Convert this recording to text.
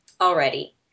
Already